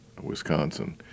Wisconsin